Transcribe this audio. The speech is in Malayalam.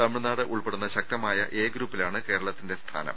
തമിഴ്നാട് ഉൾപ്പെടുന്ന ശക്തമായ എ ഗ്രൂപ്പി ലാണ് കേരളത്തിന്റെ സ്ഥാനം